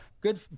good